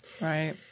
Right